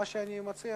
אני מציע